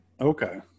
Okay